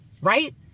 right